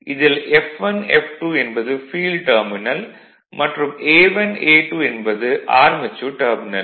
இதில் F1 F2 என்பது field terminal மற்றும் A1 A2 என்பது ஆர்மெச்சூர் டெர்மினல்